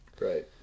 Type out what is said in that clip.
Right